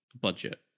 budget